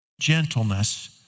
gentleness